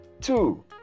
Two